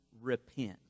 repent